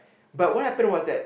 but what happen was that